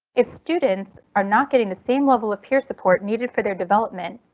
if students are not getting the same level of peer support needed for their development,